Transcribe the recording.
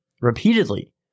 repeatedly